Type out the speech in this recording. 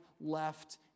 left